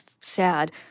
sad